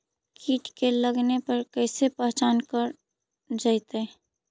कीट के लगने पर कैसे पहचान कर जयतय?